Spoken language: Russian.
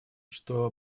что